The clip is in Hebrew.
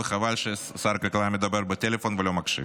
וחבל ששר הכלכלה מדבר בטלפון ולא מקשיב.